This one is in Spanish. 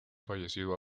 fallecido